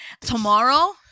Tomorrow